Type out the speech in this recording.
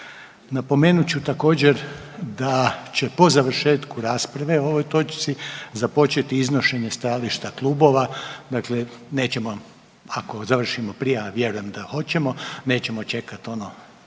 Napomenut ću također, da će po završetku rasprave o ovoj točci započeti iznošenje stajališta klubova, dakle, nećemo, ako završimo prije, a vjerujem da hoćemo, nećemo čekati ono,